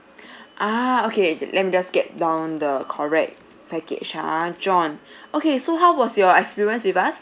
ah okay let me just get down the correct package ah john okay so how was your experience with us